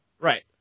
Right